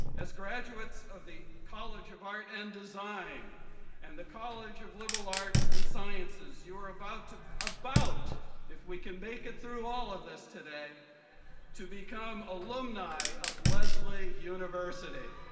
as graduates of the college of art and design and the college of liberal arts and sciences you are about to about if we can make it through all of this today to become alumni of lesley university.